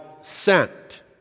sent